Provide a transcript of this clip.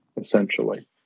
essentially